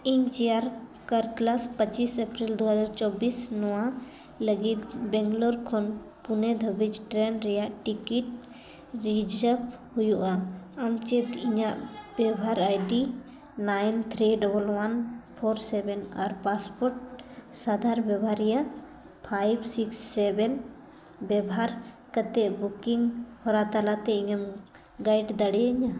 ᱤᱧ chair car plus ᱯᱚᱸᱪᱤᱥ April ᱫᱩ ᱦᱟᱡᱟᱨ ᱪᱚᱵᱽᱵᱤᱥ ᱱᱚᱣᱟ ᱞᱟᱹᱜᱤᱫ ᱵᱮᱝᱞᱳᱨ ᱠᱷᱚᱱ ᱯᱩᱱᱮ ᱫᱷᱟᱹᱵᱤᱡ ᱴᱨᱮᱹᱱ ᱨᱮᱭᱟᱜ ᱴᱤᱠᱤᱴ ᱨᱤᱡᱟᱵᱷ ᱦᱩᱭᱩᱜᱼᱟ ᱟᱢ ᱪᱮᱫ ᱤᱧᱟᱹᱜ ᱵᱮᱵᱷᱟᱨ ID nine three double one four seven ᱟᱨ ᱯᱟᱥᱯᱳᱨᱴ ᱥᱟᱸᱜᱷᱟᱨ ᱵᱮᱵᱷᱟᱨᱤᱭᱟᱹ ᱯᱷᱟᱭᱤᱵᱷ ᱥᱤᱠᱥ ᱥᱮᱵᱷᱮᱱ ᱵᱮᱵᱷᱟᱨ ᱠᱟᱛᱮᱫ ᱵᱩᱠᱤᱝ ᱦᱚᱨᱟ ᱛᱟᱞᱟᱛᱮ ᱤᱧᱮᱢ ᱜᱟᱭᱤᱰ ᱫᱟᱲᱮᱭᱤᱧᱟ